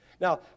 Now